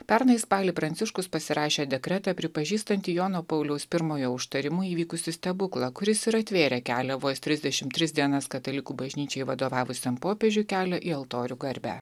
pernai spalį pranciškus pasirašė dekretą pripažįstantį jono pauliaus pirmojo užtarimu įvykusį stebuklą kuris ir atvėrė kelią vos trisdešim tris dienas katalikų bažnyčiai vadovavusiam popiežiui kelio į altorių garbę